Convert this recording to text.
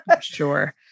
Sure